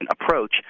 approach